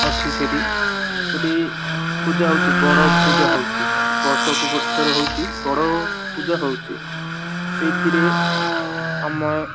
ଅଛି ସେଠି ସେଠି ପୂଜା ହେଉଛି ବଡ଼ ପୂଜା ହେଉଛି ବର୍ଷକୁ ଗୋଟେ ଥର ହେଉଛି ବଡ଼ ପୂଜା ହେଉଛି ସେଇଥିରେ ଆମେ